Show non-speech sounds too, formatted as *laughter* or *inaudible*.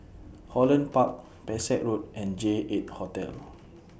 Holland Park Pesek Road and J eight Hotel *noise*